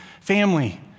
family